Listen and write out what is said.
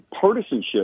partisanship